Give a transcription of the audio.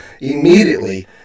immediately